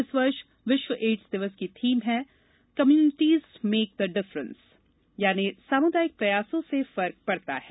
इस वर्ष विश्व एड्स दिवस की थीम है कम्यूनिटीज़ मेक द डिफरेंस यानि सामुदायिक प्रयासों से फर्क पड़ता है